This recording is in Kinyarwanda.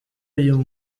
uyu